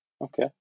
Okay